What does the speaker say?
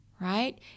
right